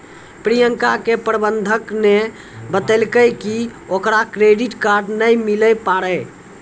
प्रियंका के प्रबंधक ने बतैलकै कि ओकरा क्रेडिट कार्ड नै मिलै पारै